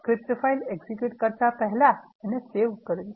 script file execute કરતા પહેલા એને સેવ કરવી